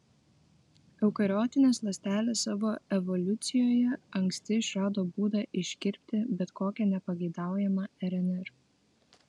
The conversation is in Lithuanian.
eukariotinės ląstelės savo evoliucijoje anksti išrado būdą iškirpti bet kokią nepageidaujamą rnr